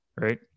Right